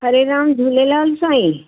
Hare Ram Jhulelal Sai